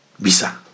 Bisa